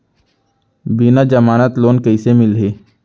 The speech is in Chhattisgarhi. बिना जमानत लोन कइसे मिलही?